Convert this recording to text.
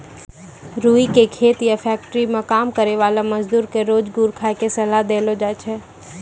रूई के खेत या फैक्ट्री मं काम करै वाला मजदूर क रोज गुड़ खाय के सलाह देलो जाय छै